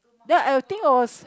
that I think I was